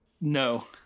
No